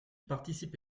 participe